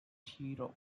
hero